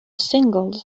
singles